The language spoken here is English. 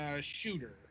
shooter